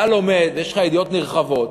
אתה לומד ויש לך ידיעות נרחבות,